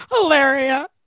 Hilaria